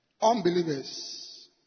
Unbelievers